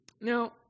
Now